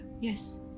yes